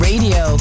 Radio